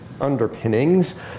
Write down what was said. underpinnings